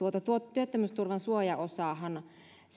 työttömyysturvan suojaosahan